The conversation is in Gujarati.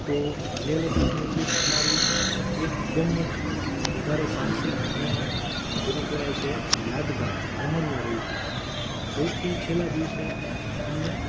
તો લેહ લદાકની ટ્રીપ અમારી એકદમ જ વધારે સાહસિક અને જેને કેવાય કે યાદગાર રમણીય રઈ તી સૌથી છેલા દિવસે અમને